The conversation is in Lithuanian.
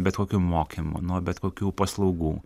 bet kokių mokymų nuo bet kokių paslaugų